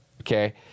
Okay